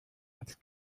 als